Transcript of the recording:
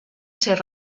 ser